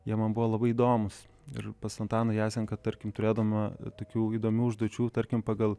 jie man buvo labai įdomūs ir pas antaną jasenką tarkim turėdavom tokių įdomių užduočių tarkim pagal